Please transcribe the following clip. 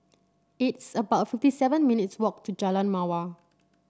it's about fifty seven minutes' walk to Jalan Mawar